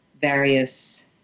various